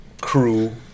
crew